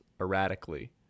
erratically